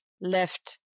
left